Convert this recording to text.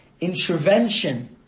intervention